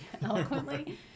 eloquently